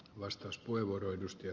puutun ed